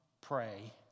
pray